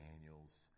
Daniel's